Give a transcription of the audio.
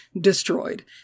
destroyed